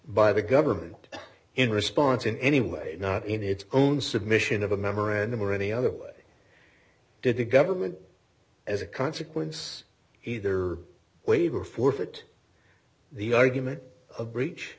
by the government in response in any way not in its own submission of a memorandum or any other way did the government as a consequence either waiver forfeit the argument